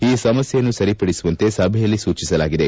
ಈ ಸಮಸ್ಯೆಯನ್ನು ಸರಿಪಡಿಸುವಂತೆ ಸಭೆಯಲ್ಲಿ ಸೂಚಿಸಲಾಗಿದೆ